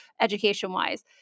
education-wise